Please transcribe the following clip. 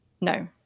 No